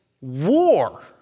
war